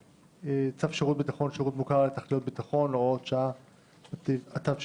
בצו שירות ביטחון (שירות מוכר לתכלית ביטחון) הוראת שעה התשפ"ב.